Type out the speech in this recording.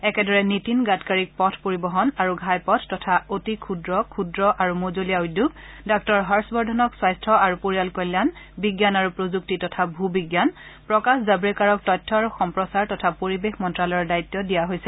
একেদৰে নীতিন গাডকাৰী পথ পৰিবহন আৰু ঘাইপথ তথা অতি ক্ষুদ্ৰ ক্ষুদ্ৰ আৰু মজলীয়া উদ্যোগ ডাঃ হৰ্য বৰ্ধনক স্বাস্থ্য আৰু পৰিয়াল কল্যাণ বিজ্ঞান আৰু প্ৰযুক্তি তথা ভূবিজ্ঞান প্ৰকাশ জাভ্ৰেকাৰ তথ্য আৰু সম্প্ৰচাৰ তথা পৰিৱেশ মন্ত্ৰালয়ৰ দায়িত্ব দিয়া হৈছে